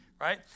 right